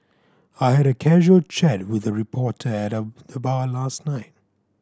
I had a casual chat with a reporter at the bar last night